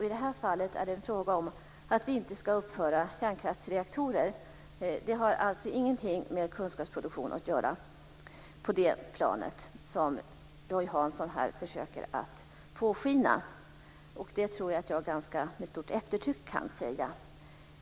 I det här fallet är det en fråga om att vi inte ska uppföra kärnkraftsreaktorer. Det har alltså ingenting med kunskapsproduktion att göra på det plan som Roy Hansson här försöker påskina. Det tror jag att jag med stort eftertryck kan säga.